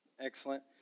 excellent